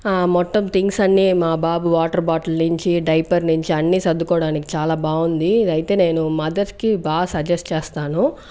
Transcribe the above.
మొత్తం థింగ్స్ అన్ని మా బాబు వాటర్ బాటిల్ నుంచి డైపర్ నుంచి అన్ని సర్దుకోవడానికి చాలా బాగుంది అయితే నేను మదర్స్కి బాగా సజెస్ట్ చేస్తాను